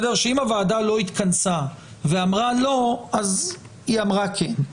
שאם הוועדה לא התכנסה ואמרה לא, אז היא אמרה כן.